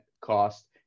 cost